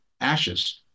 ashes